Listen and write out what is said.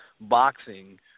boxing